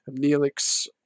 Neelix